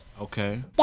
Okay